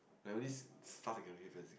like the only stuff that can really happen is